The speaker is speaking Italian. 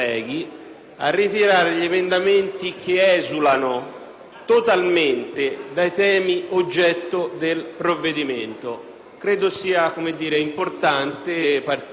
totalmente dai temi oggetto del provvedimento. Credo sia importante partire dall'esempio;